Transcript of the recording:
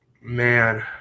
man